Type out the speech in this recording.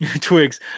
twigs